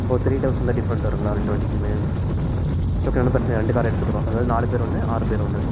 ஓ three thousand தான் different வருங்களா ரெண்டு வண்டிக்கும் சரி ஓகேண்ணா ஒன்றும் பிரச்சினை இல்லை ரெண்டு கார் எடுத்துக்கிறோம் அதாது நாலு பேர் ஒன்று ஆறு பேர் ஒன்று